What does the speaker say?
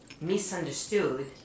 misunderstood